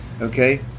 Okay